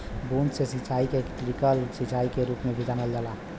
बूंद से सिंचाई के ट्रिकल सिंचाई के रूप में भी जानल जाला